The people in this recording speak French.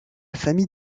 famille